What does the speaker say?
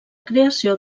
creació